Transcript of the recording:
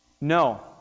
No